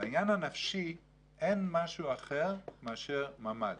לעניין הנפשי אין משהו אחר מאשר ממ"ד,